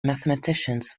mathematicians